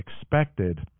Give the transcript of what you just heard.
expected